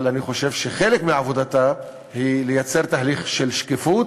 אבל אני חושב שחלק מעבודתה היא לייצר תהליך של שקיפות,